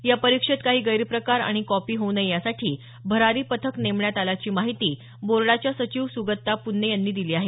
या परीक्षेत काही गैरप्रकार आणि कॉपी होऊ नये यासाठी भरारी पथक नेमण्यात आल्याची माहिती बोर्डाच्या सचिव सुगत्ता पुन्ने यांनी दिली आहे